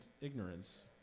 ignorance